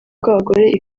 bw’abagore